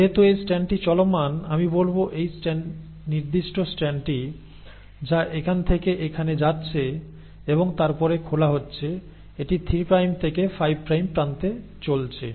যেহেতু এই স্ট্র্যান্ডটি চলমান আমি বলব এই নির্দিষ্ট স্ট্র্যান্ডটি যা এখান থেকে এখানে যাচ্ছে এবং তারপরে খোলা হচ্ছে এটি 3 প্রাইম থেকে 5 প্রাইম প্রান্তে চলছে